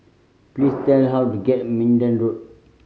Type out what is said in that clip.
please tell how to get Minden Road